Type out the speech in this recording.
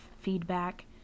feedback